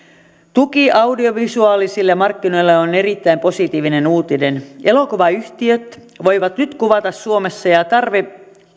tuki audiovisuaalisille markkinoille on erittäin positiivinen uutinen elokuvayhtiöt voivat nyt kuvata suomessa ja ja tarve